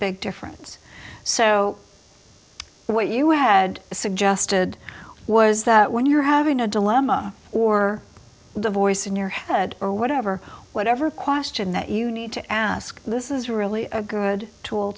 big difference so what you had suggested was that when you're having a dilemma or the voice in your head or whatever whatever question that you need to ask this is really a good tool